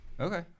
Okay